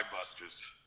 busters